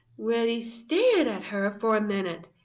reddy stared at her for a minute.